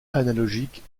analogiques